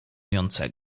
tysiące